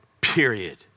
period